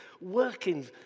Working